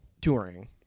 touring